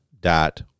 dot